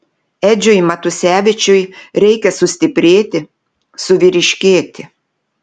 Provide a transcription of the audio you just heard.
edžiui matusevičiui reikia sustiprėti suvyriškėti